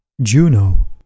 Juno